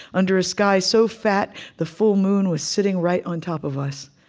under a sky so fat the full moon was sitting right on top of us.